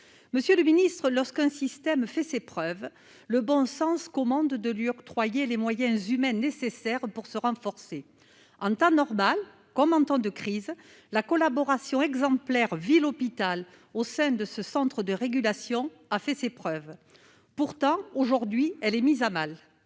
monsieur le ministre, lorsqu'un système fait ses preuves, le bon sens commande de lui octroyer les moyens humains nécessaires pour se renforcer en temps normal comme en temps de crise, la collaboration exemplaire ville hôpital au sein de ce centre de régulation a fait ses preuves, pourtant aujourd'hui elle est mise à mal